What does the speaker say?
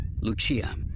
Lucia